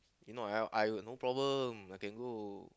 you know I I got no problem I can go